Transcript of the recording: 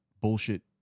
bullshit